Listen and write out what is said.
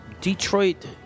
detroit